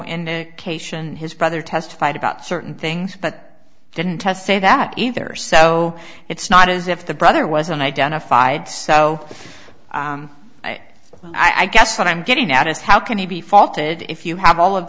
and cation his brother testified about certain things but didn't test say that either so it's not as if the brother was an identified so i guess what i'm getting at is how can he be faulted if you have all of